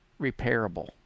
repairable